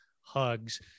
hugs